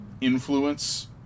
influence